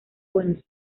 buenos